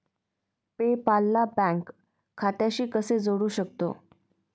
पे पाल ला बँक खात्याशी कसे जोडू शकतो?